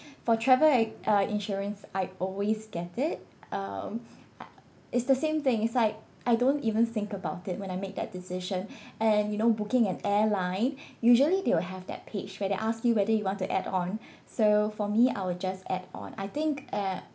for travel in~ insurance I always get it um I it's the same thing it's like I don't even think about it when I make that decision and you know booking an airline usually they will have that page where they ask you whether you want to add on so for me I will just add on I think and